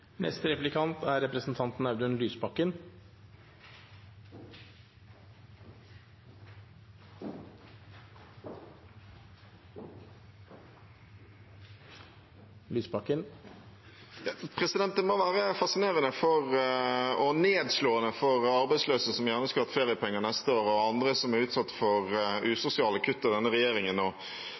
Det må være fascinerende og nedslående for arbeidsløse, som gjerne skulle hatt feriepenger neste år, og for andre som er utsatt for usosiale kutt av denne regjeringen,